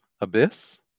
Abyss